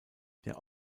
der